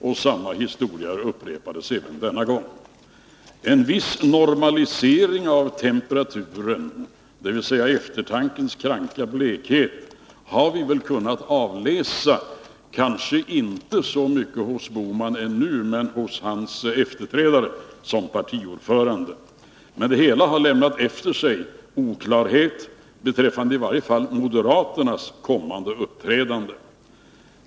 Samma historia upprepades även denna gång. En viss normalisering av temperaturen, dvs. eftertankens kranka blekhet, har vi väl kunnat avläsa — kanske inte så mycket hos herr Bohman ännu, men hos hans efterträdare som partiordförande. Men det hela har lämnat efter sig oklarhet beträffande i varje fall moderaternas kommande uppträdande.